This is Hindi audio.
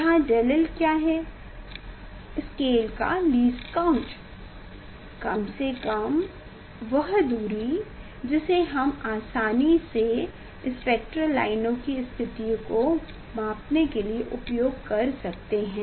यहाँ 𝝳l क्या है स्केल का लीस्ट काउंट कम से कम वह देर जिसे हम आसानी से स्पेक्ट्रल लाइनों की स्थिति को मापने के लिए उपयोग कर रहे हैं